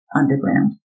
underground